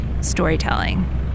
storytelling